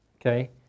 Okay